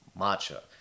matcha